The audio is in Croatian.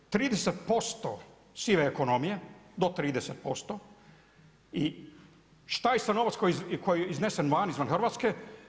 30% sive ekonomije, do 30% i šta je sa novcem koji je iznesen van, izvan Hrvatske?